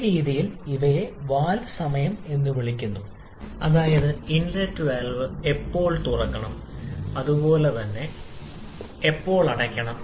ഈ രീതിയിൽ ഇവയെ വാൽവ് സമയം എന്ന് വിളിക്കുന്നു അതായത് ഇൻലെറ്റ് വാൽവ് എപ്പോൾ തുറക്കണം അത് എപ്പോൾ അടയ്ക്കണം